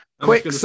Quick